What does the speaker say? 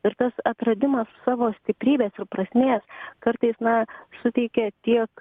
ir tas atradimas savo stiprybės ir prasmės kartais na suteikia tiek